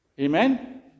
Amen